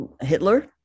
Hitler